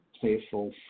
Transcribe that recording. playful